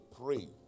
pray